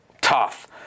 tough